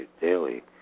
daily